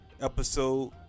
episode